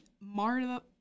Marta